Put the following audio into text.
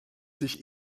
sich